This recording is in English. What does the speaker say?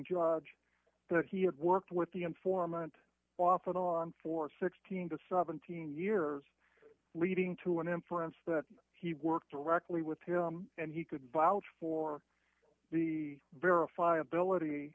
judge that he had worked with the informant off and on for sixteen to seventeen years leading to an inference that he worked directly with him and he could vouch for the verifiability